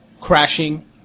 crashing